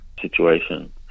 situation